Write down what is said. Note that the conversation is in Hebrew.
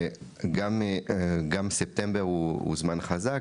גם ספטמבר הוא זמן חזק,